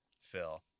Phil